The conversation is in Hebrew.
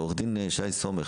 עו"ד שי סומך,